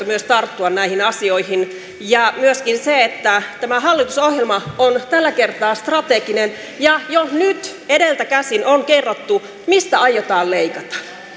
myös tarttua näihin asioihin ja myöskin se että tämä hallitusohjelma on tällä kertaa strateginen ja jo nyt edeltä käsin on kerrottu mistä aiotaan leikata